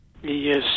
Yes